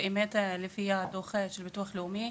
באמת לפי הדו״ח של ביטוח לאומי,